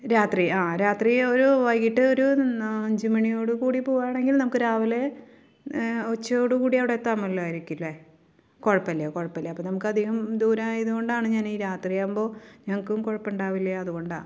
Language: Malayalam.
രാത്രി ആ രാത്രി ഒരു വൈകിയിട്ടൊരു നാ അഞ്ച് മണിയോട് കൂടി പോകാണെങ്കിൽ നമുക്ക് രാവിലെ ഉച്ചയോടു കൂടി അവിടെയെത്താമെല്ലാവർക്കും അല്ലെ കുഴപ്പമില്ല കുഴപ്പമില്ല അപ്പോൾ നമുക്കധികം ദൂരമായതുകൊണ്ടാണ് ഞാനീ രാത്രിയാകുമ്പോൾ ഞങ്ങൾക്കും കുഴപ്പമുണ്ടാവില്ല അതുകൊണ്ടാണ്